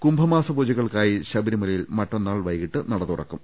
കുംഭമാസ പൂജകൾക്കായി ശബരിമലയിൽ മറ്റന്നാൾ വൈകിട്ട് നട തുറക്കും